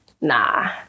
nah